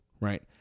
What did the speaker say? right